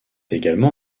également